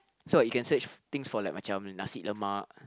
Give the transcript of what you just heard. so you can search things for like macam nasi-lemak